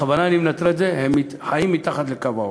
בכוונה אני מנטרל את זה, חיים מתחת לקו העוני.